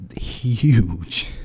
huge